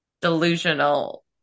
delusional